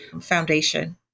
foundation